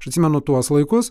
aš atsimenu tuos laikus